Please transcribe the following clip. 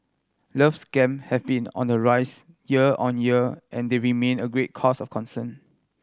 love scam have been on the rise year on year and they remain a great cause of concern